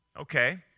Okay